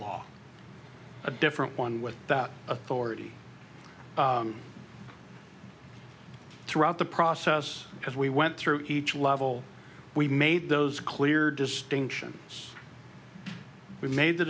law a different one with that authority throughout the process because we went through each level we made those clear distinctions we made the